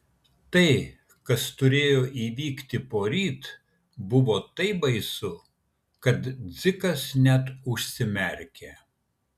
tai kas turėjo įvykti poryt buvo taip baisu kad dzikas net užsimerkė